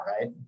right